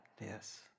Yes